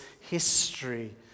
history